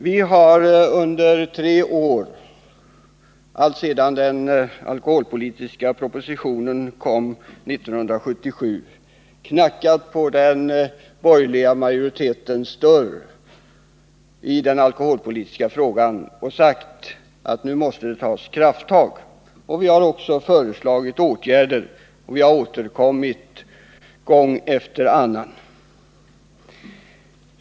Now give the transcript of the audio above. Vi har under tre år — alltsedan den alkoholpolitiska propositionen kom 1977 — i den alkoholpolitiska frågan knackat på den borgerliga majoritetens dörr och sagt att det nu måste tas krafttag. Vi har också föreslagit åtgärder, och vi har återkommit gång efter annan.